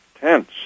tense